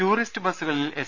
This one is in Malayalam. ടൂറിസ്റ്റ് ബസുകളിൽ എസ്